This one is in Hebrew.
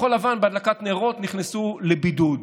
כחול לבן בהדלקת נרות נכנסו לבידוד.